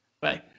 bye